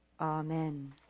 Amen